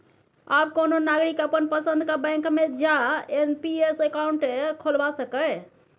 आब कोनो नागरिक अपन पसंदक बैंक मे जा एन.पी.एस अकाउंट खोलबा सकैए